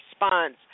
Response